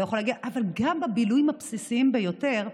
אבל גם בבילויים הבסיסיים ביותר,